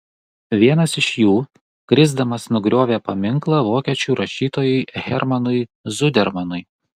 vienas iš jų krisdamas nugriovė paminklą vokiečių rašytojui hermanui zudermanui